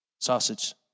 sausage